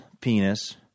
penis